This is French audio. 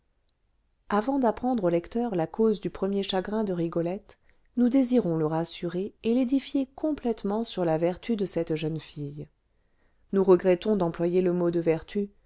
avant d'apprendre au lecteur la cause du premier chagrin de rigolette nous désirons le rassurer et l'édifier complètement sur la vertu de cette jeune fille nous regrettons d'employer le mot de vertu